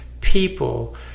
people